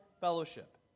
fellowship